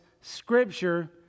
scripture